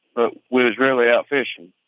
but we was really out fishing.